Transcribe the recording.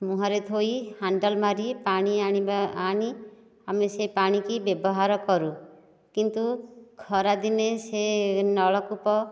ମୁହଁରେ ଥୋଇ ହାଣ୍ଡେଲ୍ ମାରି ପାଣି ଆଣିବା ଆଣି ଆମେ ସେ ପାଣିକି ବ୍ୟବହାର କରୁ କିନ୍ତୁ ଖରାଦିନେ ସେ ନଳକୂପ